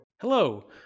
Hello